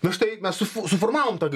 na štai mes sus suformavom tą